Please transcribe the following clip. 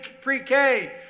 pre-K